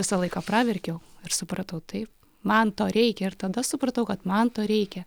visą laiką praverkiau ir supratau taip man to reikia ir tada supratau kad man to reikia